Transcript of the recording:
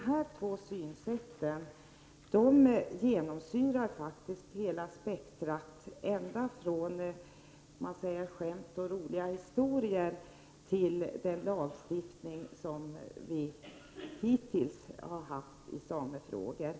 Dessa två synsätt genomsyrar faktiskt hela spektrumet ända från skämt och roliga historier till den lagstiftning som Sverige hittills har haft när det gäller samefrågor.